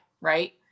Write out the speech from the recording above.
Right